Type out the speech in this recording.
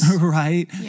Right